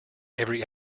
every